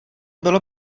bylo